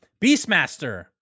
Beastmaster